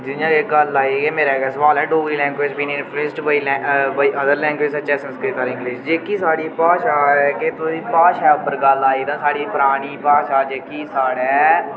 जियां कि गल्ल आई मेरा इक सोआल ऐ डोगरी लैंगुएज बी नि फिस्ट कोई अगर लैंगुएज ऐ जियां संस्कृत ऐ इंग्लिश आई जेह्की साढ़ी भाशा ऐ कि भाशा उप्पर गल्ल आई तां साढ़ी परानी भाशा जेह्की साढ़ै